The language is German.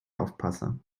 aufpasse